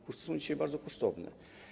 Kursy są dzisiaj bardzo kosztowne.